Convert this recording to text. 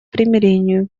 примирению